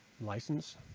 License